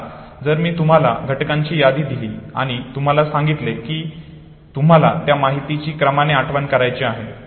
आता जर मी तुम्हाला घटकांची यादी दिली आणि तुम्हाला सांगितले की तुम्हाला त्या माहितीची क्रमाने आठवण करायची आहे